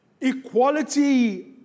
equality